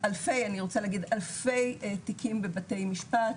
באלפי, אני רוצה להגיד אלפי תיקים בבתי משפט,